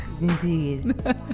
indeed